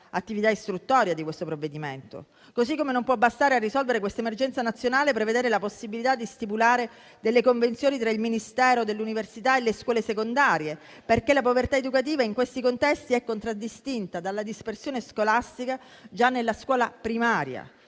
nell'attività istruttoria di questo provvedimento). Così come non può bastare a risolvere questa emergenza nazionale prevedere la possibilità di stipulare delle convenzioni tra il Ministero dell'università e le scuole secondarie, perché la povertà educativa in questi contesti è contraddistinta dalla dispersione scolastica già nella scuola primaria